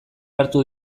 hartu